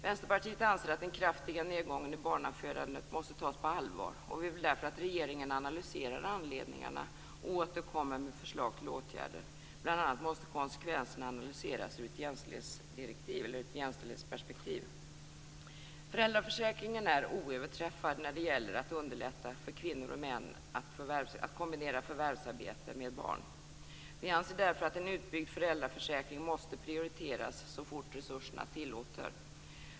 Vänsterpartiet anser att den kraftiga nedgången i barnafödandet måste tas på allvar, och vi vill därför att regeringen analyserar anledningarna och återkommer med förslag till åtgärder. Bl.a. måste konsekvenserna analyseras ur ett jämställdhetsperspektiv. Föräldraförsäkringen är oöverträffad när det gäller att underlätta för kvinnor och män att kombinera förvärvsarbete med barn. Vi anser därför att en utbyggd föräldraförsäkring måste prioriteras så fort resurserna tillåter.